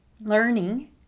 learning